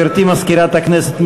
גברתי מזכירת הכנסת,